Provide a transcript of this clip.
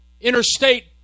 interstate